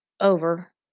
over